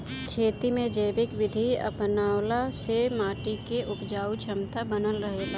खेती में जैविक विधि अपनवला से माटी के उपजाऊ क्षमता बनल रहेला